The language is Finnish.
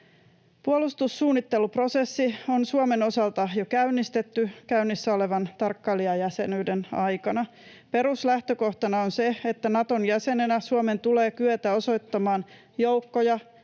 Puolustussuunnitteluprosessi on Suomen osalta jo käynnistetty käynnissä olevan tarkkailijajäsenyyden aikana. Peruslähtökohtana on se, että Naton jäsenenä Suomen tulee kyetä osoittamaan joukkoja